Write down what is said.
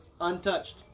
Untouched